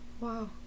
Wow